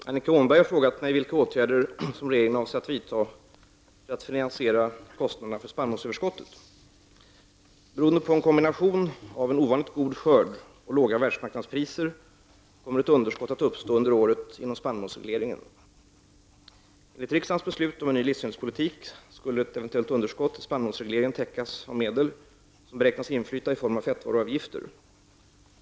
Herr talman! Annika Åhnberg har frågat mig vilka åtgärder regeringen avser att vidta för att finansiera kostnaderna för spannmålsöverskottet. Beroende på en kombination av en ovanligt god skörd och låga världsmarknadspriser kommer ett underskott att uppstå under året inom spannmålsregleringen. Enligt riksdagens beslut om en ny livsmedelspolitik skall eventuellt underskott i spannmålsregleringen täckas av medel som beräknas inflyta i form av fettvaruavgifter.